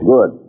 Good